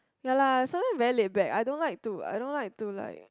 ya lah someone very laid back I don't like to I don't like to like